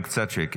היו"ר מאיר כהן: